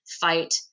fight